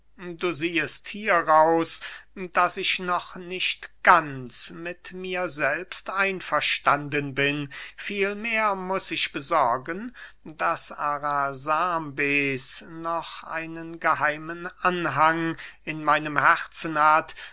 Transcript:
du siehest hieraus daß ich noch nicht ganz mit mir selbst einverstanden bin vielmehr muß ich besorgen daß arasambes noch einen geheimen anhang in meinem herzen hat